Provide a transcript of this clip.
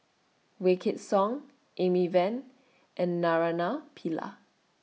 Wykidd Song Amy Van and Naraina Pillai